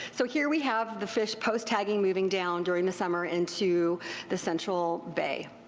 so here we have the fish post tagging moving down during the summer into the central bay.